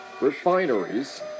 refineries